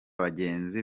bagenzi